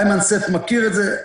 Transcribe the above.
אימן סייף מכיר את זה.